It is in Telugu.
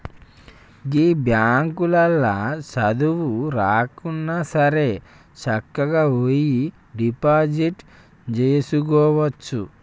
గీ బాంకులల్ల సదువు రాకున్నాసరే సక్కగవోయి డిపాజిట్ జేసుకోవచ్చు